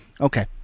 okay